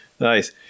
nice